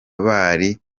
bari